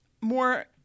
more